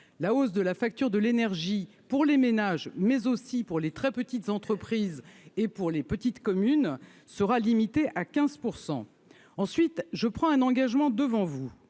la hausse de la facture de l'énergie pour les ménages, mais aussi pour les très petites entreprises et pour les petites communes sera limitée à 15 % ensuite je prends un engagement devant vous,